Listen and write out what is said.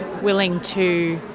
willing to